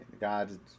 God